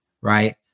right